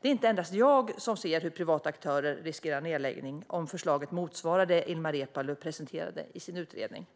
Det är inte endast jag som ser hur privata aktörer riskerar nedläggning om förslaget motsvarar det Ilmar Reepalu presenterade i sin utredning.